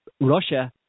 Russia